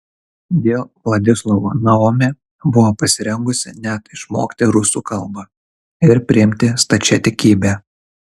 dėl vladislavo naomi buvo pasirengusi net išmokti rusų kalbą ir priimti stačiatikybę